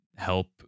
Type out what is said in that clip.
help